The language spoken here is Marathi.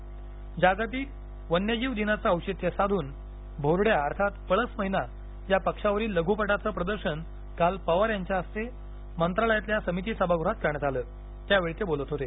जागतिक वन्यजीव दिनाचं औचित्य साधून भोरङ्या अर्थात पळस मैना या पक्षावरील लघ्पटाचं प्रदर्शन काल पवार यांच्या हस्ते मंत्रालयातील समिती सभागृहात करण्यात आलं त्यावेळी ते बोलत होते